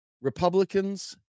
Republicans